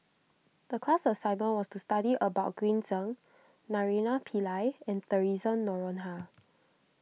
the class assignment was to study about Green Zeng Naraina Pillai and theresa Noronha